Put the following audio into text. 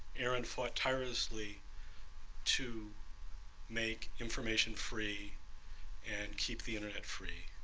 aaron fought tirelessly to make information free and keep the internet free,